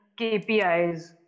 KPIs